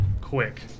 quick